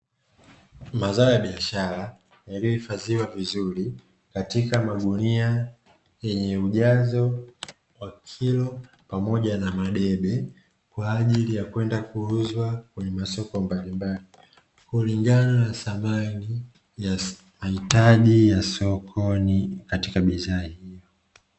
Mazao ya biashara yaliyohifadhiwa vizuri katika magunia yenye ujazo wa kilo pamoja na madebe, kwa ajili ya kwenda kuuzwa kwenye masoko mbalimbali kulingana na thamani ya mahitaji ya sokoni katika bidhaa hizo.